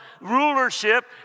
rulership